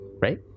right